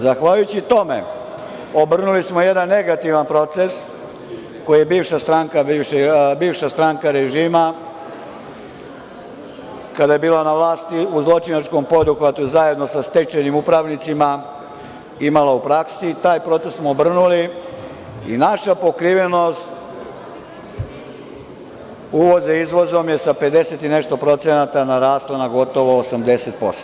Zahvaljujući tome, obrnuli smo jedan negativan proces koji je bivša stranka režima, kada je bila na vlasti u zločinačkom poduhvatu zajedno sa stečajnim upravnicima imala u praksi i taj proces smo obrnuli i naša pokrivenost uvoza i izvoza je sa 50 i nešto posto narasla na gotovo 80%